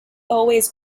always